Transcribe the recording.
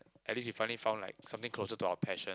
at least you finally found like something closer to our passion